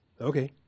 Okay